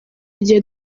gihe